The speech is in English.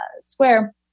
square